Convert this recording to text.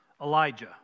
Elijah